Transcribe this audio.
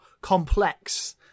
complex